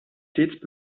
stets